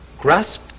Grasp